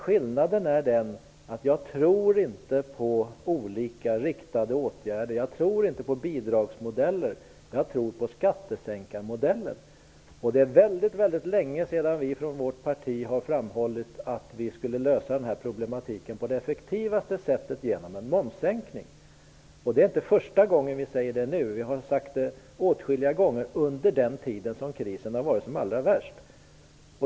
Skillnaden är den att jag inte tro på olika riktade åtgärder. Jag tror inte på bidragsmodeller. Jag tror på skattesänkarmodellen. Det är väldigt länge sedan vi från vårt parti framhöll att problematiken skulle lösas på det effektivaste sättet genom en momssänkning. I dag är inte första gången vi säger det. Vi har sagt det åtskilliga gånger under den tid krisen har varit som allra värst.